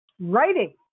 writing